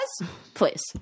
Please